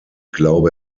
glaube